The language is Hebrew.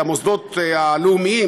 למוסדות הלאומיים,